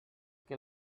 que